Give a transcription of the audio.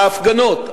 ההפגנות,